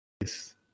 Yes